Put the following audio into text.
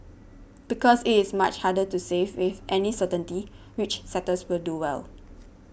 because it is much harder to say with any certainty which sectors will do well